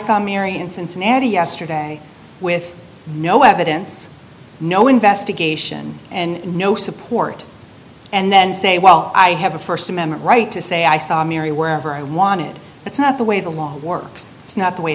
saw mary in cincinnati yesterday with no evidence no investigation and no support and then say well i have a st amendment right to say i saw mary wherever i want it that's not the way the law works that's not the way